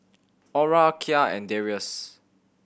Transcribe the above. Aura Kya and Darrius